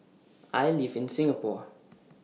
I live in Singapore